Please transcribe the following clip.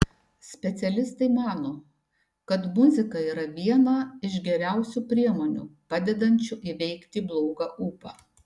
specialistai mano kad muzika yra viena iš geriausių priemonių padedančių įveikti blogą ūpą